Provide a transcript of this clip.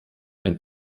ein